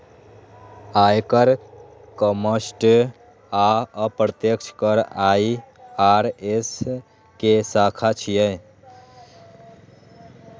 आयकर, कस्टम आ अप्रत्यक्ष कर आई.आर.एस के शाखा छियै